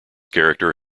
character